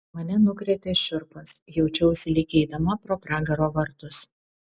mane nukrėtė šiurpas jaučiausi lyg įeidama pro pragaro vartus